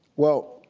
well,